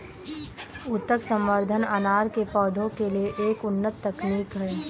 ऊतक संवर्धन अनार के पौधों के लिए एक उन्नत तकनीक है